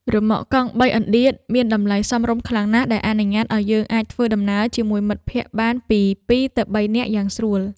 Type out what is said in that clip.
រ៉ឺម៉កកង់បីឥណ្ឌាមានតម្លៃសមរម្យខ្លាំងណាស់ដែលអនុញ្ញាតឱ្យយើងអាចធ្វើដំណើរជាមួយមិត្តភក្តិបានពីពីរទៅបីនាក់យ៉ាងស្រួល។